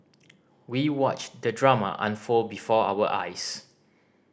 we watched the drama unfold before our eyes